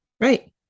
right